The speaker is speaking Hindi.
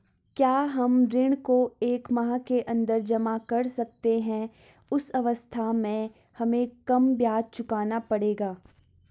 क्या हम ऋण को एक माह के अन्दर जमा कर सकते हैं उस अवस्था में हमें कम ब्याज चुकाना पड़ेगा?